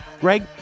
Greg